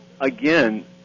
again